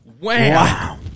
wow